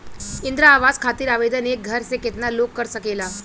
इंद्रा आवास खातिर आवेदन एक घर से केतना लोग कर सकेला?